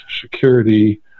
security